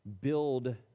build